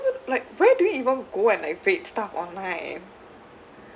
like where do you even go and like rate stuff online